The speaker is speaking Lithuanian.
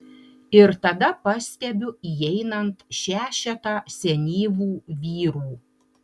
ir tada pastebiu įeinant šešetą senyvų vyrų